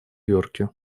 йорке